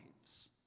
lives